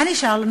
מה נשאר לנו?